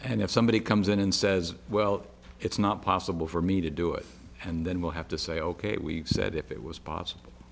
and if somebody comes in and says well it's not possible for me to do it and then we'll have to say ok we said if it was possible